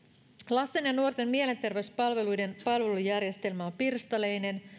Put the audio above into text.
lasten ja nuorten mielenterveyspalveluiden palvelujärjestelmä on pirstaleinen